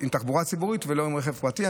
בתחבורה ציבורית ולא ברכב פרטי.